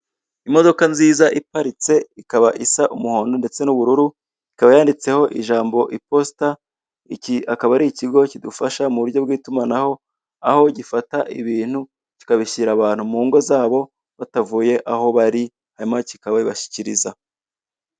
Imodoka nziza iparitse ikaba isa umuhondo ndetse n'ubururu, ikaba yanditseho ijambo iposita iki akaba ari ikigo kidufasha mu buryo bw'itumanaho, aho gifata ibintu kikabishyira abantu mu ngo zabo, batavuye aho bari hanyuma kikabibashyikiriza.